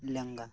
ᱞᱮᱸᱜᱟ